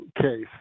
case